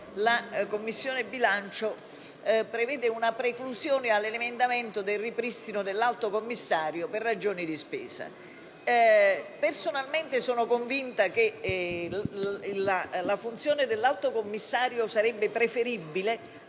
la Commissione bilancio prevede una preclusione all'emendamento del ripristino dell'Alto commissario per ragioni di spesa. Personalmente, sono convinta che la funzione dell'Alto commissario sarebbe preferibile.